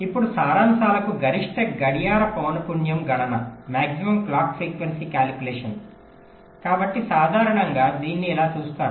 ఇప్పుడు సారాంశాలకు గరిష్ట గడియార పౌన పున్యం గణన కాబట్టి సాధారణంగా దీన్ని ఇలా చూస్తారు